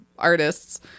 artists